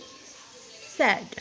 sad